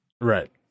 Right